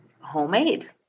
homemade